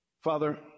Father